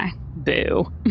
Boo